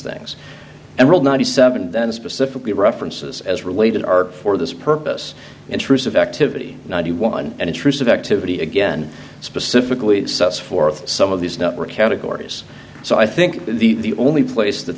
things and will ninety seven then specifically references as related are for this purpose intrusive activity ninety one and intrusive activity again specifically it sets forth some of these network categories so i think the only place that